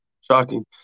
Shocking